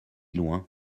loin